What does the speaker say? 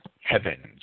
heavens